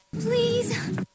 Please